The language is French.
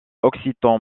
occitan